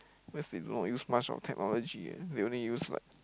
cause they do not use much of technology ah they only use like